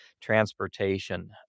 transportation